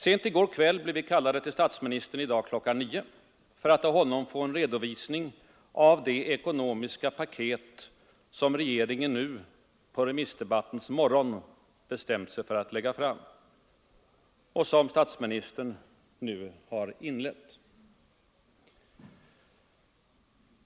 Sent i går kväll blev vi till i dag kl. 9 kallade till statsministern för att av honom få en redovisning av det ekonomiska paket som regeringen nu på remissdebattdagens morgon bestämt sig för att lägga fram, en remissdebatt som statsministern nu har inlett.